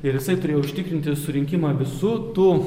ir jisai turėjo užtikrinti surinkimą visų tų